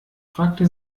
fragte